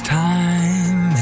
time